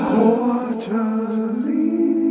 Quarterly